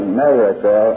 America